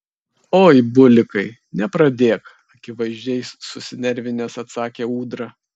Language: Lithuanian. oi bulikai nepradėk akivaizdžiai susinervinęs atsakė ūdra